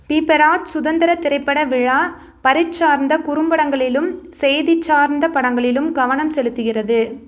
பீப்பராஜ் சுதந்திர திரைப்பட விழா பரிட்சார்ந்த குறும்படங்களிலும் செய்தி சார்ந்த படங்களிலும் கவனம் செலுத்துகிறது